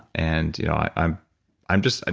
and you know i'm i'm just, ah